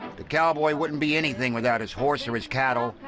the cowboy wouldn't be anything without his horse or his cattle.